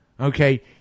Okay